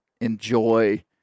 enjoy